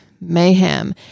mayhem